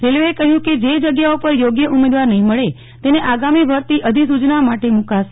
રેલવેએ કહ્યું કે જે જગ્યાઓ પર યોગ્ય ઉમેદવાર નહીં મળે તેને આગામી ભર્તી અધીસૂચના માટે મુકાશે